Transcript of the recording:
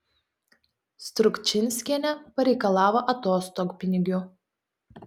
strukčinskienė pareikalavo atostogpinigių